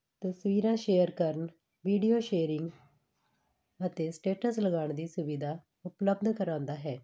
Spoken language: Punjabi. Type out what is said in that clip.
ਤਸਵੀਰਾਂ ਸ਼ੇਅਰ ਕਰਨ ਵੀਡੀਓ ਸ਼ੇਅਰਿੰਗ ਅਤੇ ਸਟੇਟਸ ਲਗਾਉਣ ਦੀ ਸੁਵਿਧਾ ਉਪਲਬਧ ਕਰਾਉਂਦਾ ਹੈ